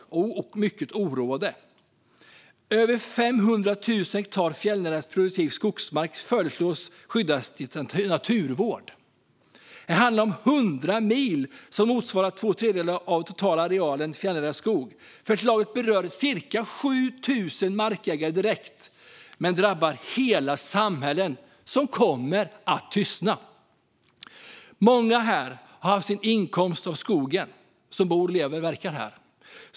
I utredningen föreslås att 500 000 hektar fjällnära produktiv skogsmark skyddas till naturvård. Det handlar om hundra mil motsvarande två tredjedelar av den totala arealen fjällnära skog. Förslaget berör cirka 7 000 markägare direkt men drabbar hela samhällen, som kommer att tystna. Många som bor, lever och verkar här har haft sin inkomst av skogen.